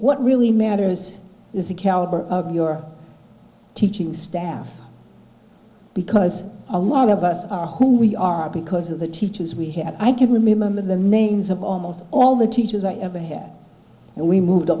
what really matters is the caliber of your teaching staff because a lot of us are who we are because of the teachers we have i can remember the names of almost all the teachers i ever had and we moved a